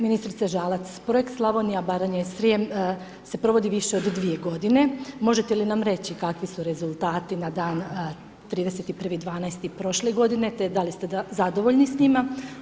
Ministrice Žalac projekt Slavonija Baranja i Srijem se provodi više od 2 g. možete li nam reći, kakvi su rezultati na dan 31.12. prošle godine te da li ste zadovoljni s njima.